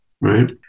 right